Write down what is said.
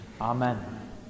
Amen